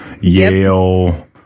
Yale